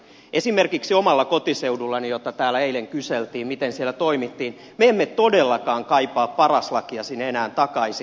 esimerkiksi omalla kotiseudullani täällä eilen kyseltiin miten siellä toimittiin me emme todellakaan kaipaa paras lakia sinne enää takaisin